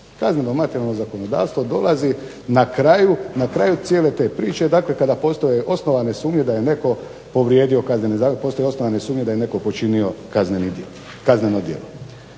Kazneno materijalno zakonodavstvo dolazi na kraju cijele te priče, dakle kada postoje osnovane sumnje da je netko povrijedio Kazneni zakon, postoje osnovane sumnje da je netko počinio kazneno djelo.